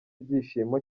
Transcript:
ibyishimo